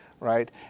right